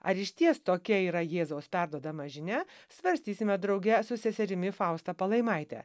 ar išties tokia yra jėzaus perduodama žinia svarstysime drauge su seserimi fausta palaimaite